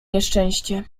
nieszczęście